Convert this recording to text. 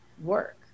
work